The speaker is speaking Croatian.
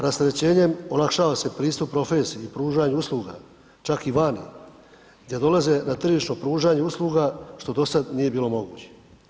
Rasterećenjem olakšava se pristup profesiji i pružanje usluga, čak i vani gdje dolaze na tržišno pružanje usluga, što do sad nije bilo moguće.